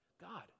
God